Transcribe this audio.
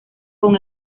con